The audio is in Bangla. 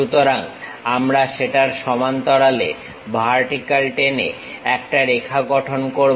সুতরাং আমরা সেটার সমান্তরালে ভার্টিক্যাল টেনে একটা রেখা গঠন করবো